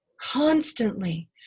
Constantly